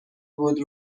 بود